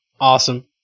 Awesome